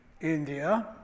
India